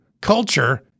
Culture